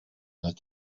that